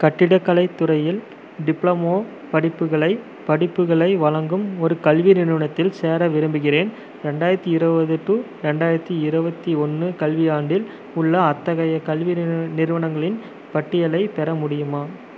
கட்டிடக்கலைத் துறையில் டிப்ளமோ படிப்புகளை படிப்புகளை வழங்கும் ஒரு கல்வி நிறுவனத்தில் சேர விரும்புகிறேன் ரெண்டாயிரத்து இருபது டு ரெண்டாயிரத்து இருபத்தி ஒன்று கல்வியாண்டில் உள்ள அத்தகைய கல்வி நிறுவனங்களின் பட்டியலைப் பெற முடியுமா